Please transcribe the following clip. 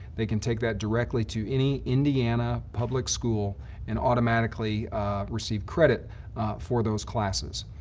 they can take that directly to any indiana public school and automatically receive credit for those classes.